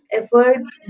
efforts